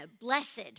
Blessed